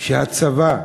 לכך שהצבא,